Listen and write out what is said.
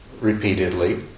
repeatedly